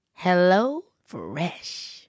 HelloFresh